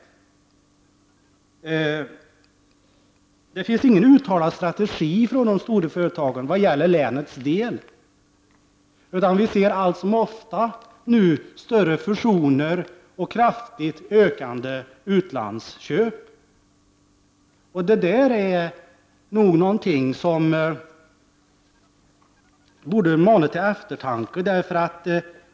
De stora företagen har ingen utalad strategi för länet, utan vi ser allt som oftast större fusioner och ett ökat antal utlandsköp. Detta är något som borde mana till eftertanke.